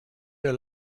der